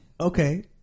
Okay